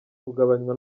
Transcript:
kugabanywa